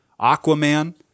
Aquaman